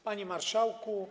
Panie Marszałku!